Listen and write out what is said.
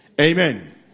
Amen